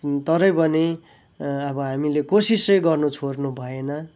तरै पनि अब हामीले कोसिस चाहिँ गर्नु छोड्नु भएन